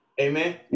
Amen